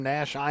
Nash